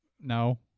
No